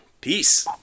Peace